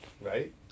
Right